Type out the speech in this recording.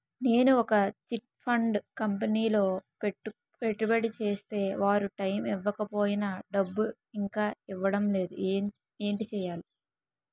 నేను ఒక chit fund కంపెనీలో పెట్టుబడి చేస్తే వారు టైమ్ ఇవ్వకపోయినా డబ్బు ఇంకా ఇవ్వడం లేదు ఏంటి చేయాలి?